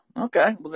Okay